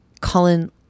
Colin